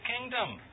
kingdom